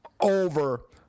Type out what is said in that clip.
over